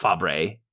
Fabre